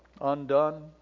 Undone